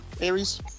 Aries